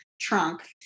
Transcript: trunk